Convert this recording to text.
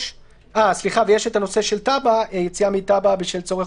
יש את הנושא של יציאה מטאבה בשל צורך